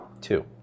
Two